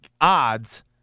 odds